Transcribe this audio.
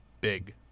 Big